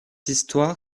histoire